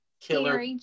killer